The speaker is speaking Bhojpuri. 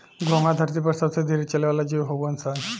घोंघा धरती पर सबसे धीरे चले वाला जीव हऊन सन